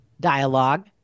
dialogue